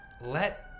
let